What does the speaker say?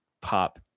pop